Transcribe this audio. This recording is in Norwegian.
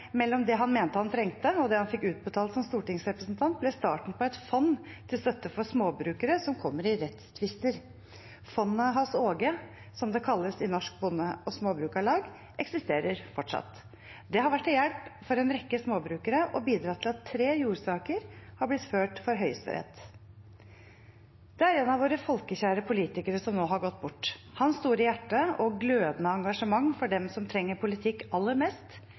mellom det han mente han trengte, og det han fikk utbetalt som stortingsrepresentant, ble starten på et fond til støtte for småbrukere som kommer i rettstvister. «Fondet hass Åge», som det kalles i Norsk Bonde- og Småbrukarlag, eksisterer fortsatt. Det har vært til hjelp for en rekke småbrukere og bidratt til at tre jordsaker er blitt ført for Høyesterett. Det er en av våre folkekjære politikere som nå har gått bort. Hans store hjerte og glødende engasjement for dem som trenger politikk aller mest,